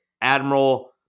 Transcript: Admiral